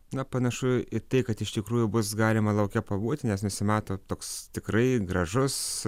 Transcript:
na panašu į tai kad iš tikrųjų bus galima lauke pabūti nes nusimato toks tikrai gražus